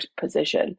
position